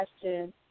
question